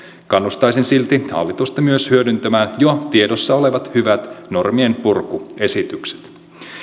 kannustaisin silti hallitusta myös hyödyntämään jo tiedossa olevat hyvät normienpurkuesitykset